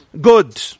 good